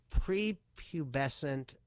prepubescent